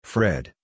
Fred